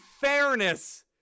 fairness